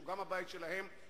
שהוא גם הבית שלהם,